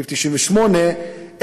סעיף 98,